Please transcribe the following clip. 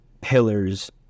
pillars